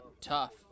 Tough